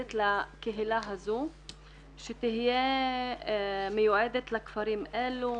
מיועדת לקהילה הזו שתהיה מיועדים לכפרים אלה,